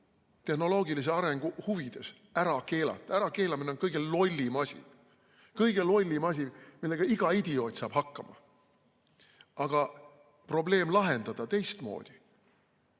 tehnoloogilise arengu huvides – ära keelata. Ärakeelamine on kõige lollim asi – kõige lollim asi, millega iga idioot saab hakkama. Aga probleem lahendada teistmoodi,